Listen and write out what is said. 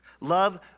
Love